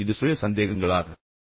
இது சுய சந்தேகங்களாக இருக்க முடியுமா